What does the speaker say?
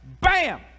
Bam